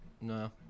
no